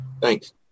Thanks